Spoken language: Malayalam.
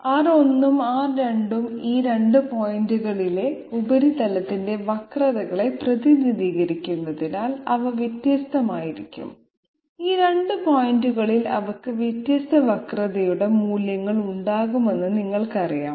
R1 ഉം R2 ഉം ഈ 2 പോയിന്റുകളിലെ ഉപരിതലത്തിന്റെ വക്രതകളെ പ്രതിനിധീകരിക്കുന്നതിനാൽ അവ വ്യത്യസ്തമായിരിക്കും ഈ 2 പോയിന്റുകളിൽ അവയ്ക്ക് വ്യത്യസ്ത വക്രതയുടെ മൂല്യങ്ങൾ ഉണ്ടാകുമെന്ന് നിങ്ങൾക്കറിയാം